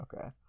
Okay